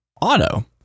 Auto